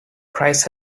price